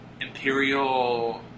Imperial